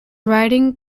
riding